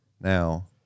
now